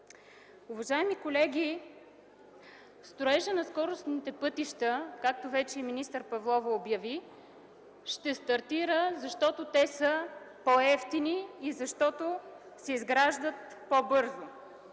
Уважаеми колеги, строежът на скоростните пътища, както вече и министър Павлова обяви, ще стартира, защото са по-евтини и се изграждат по-бързо.